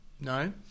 no